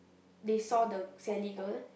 they saw the Sally girl